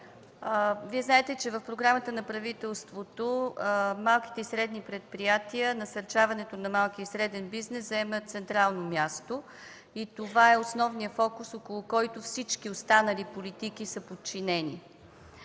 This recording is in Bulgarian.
Знаете, че в Програмата на правителството малките и средните предприятия и насърчаването на малкия и среден бизнес заемат централно място. Това е основният фокус, около който са подчинени